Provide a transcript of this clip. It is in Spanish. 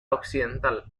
occidental